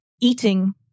eating